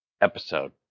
episode